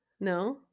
No